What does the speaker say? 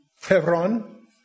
Hebron